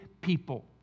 people